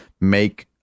make